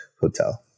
hotel